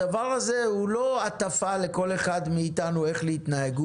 הדבר הזה הוא לא הטפה לכל אחד מאתנו איך להתנהג,